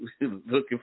looking